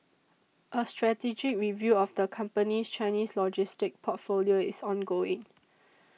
a strategic review of the company's Chinese logistics portfolio is ongoing